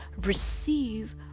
receive